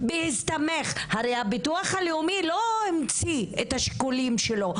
הרי הביטוח הלאומי לא המציא את השיקולים שלו.